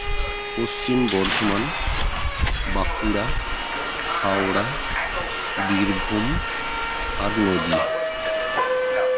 ᱯᱚᱥᱪᱤᱢ ᱵᱚᱨᱫᱦᱚᱟᱱ ᱵᱟᱸᱠᱩᱲᱟ ᱦᱟᱣᱲᱟ ᱵᱤᱨᱵᱷᱩᱢ ᱟᱨ ᱱᱚᱫᱤᱭᱟ